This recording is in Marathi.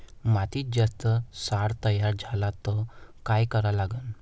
मातीत जास्त क्षार तयार झाला तर काय करा लागन?